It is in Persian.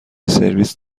سرویس